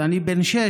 ואני בן שש,